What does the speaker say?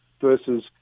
versus